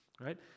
right